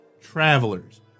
travelers